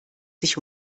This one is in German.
sich